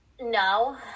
No